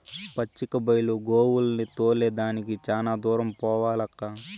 పచ్చిక బైలు గోవుల్ని తోలే దానికి చాలా దూరం పోవాలక్కా